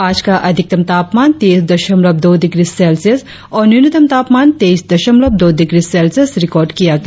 आज का अधिकतम तापमान तीस दशमलव दो डिग्री सेल्सियस और न्यूनतम तापमान तेइस दशमलव दो डिग्री सेल्सियस रिकार्ड किया गया